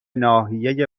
ناحیه